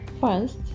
first